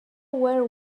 where